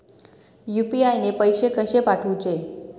UPI ने पैशे कशे पाठवूचे?